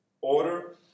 order